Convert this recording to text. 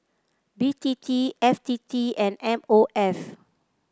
B T T F T T and M O F